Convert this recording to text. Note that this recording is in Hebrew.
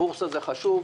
בורסה זה חשוב,